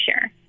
sure